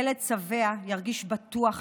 ילד שבע ירגיש בטוח יותר,